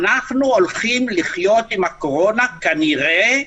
אנחנו הולכים לחיות עם הקורונה כנראה,